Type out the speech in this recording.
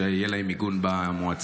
שיהיה להם מיגון במועצה,